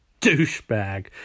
douchebag